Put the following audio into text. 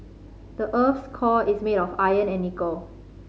the earth's core is made of iron and nickel